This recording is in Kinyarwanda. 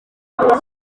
aho